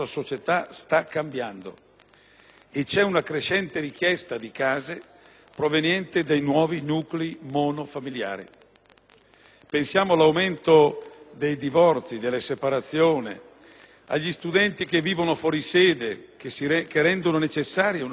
e c'è una crescente richiesta di case proveniente dai nuovi nuclei monofamiliari. Pensiamo all'aumento dei divorzi, delle separazioni e agli studenti che vivono fuori sede, che rendono necessaria una maggiore disponibilità di alloggi.